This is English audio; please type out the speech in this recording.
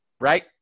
right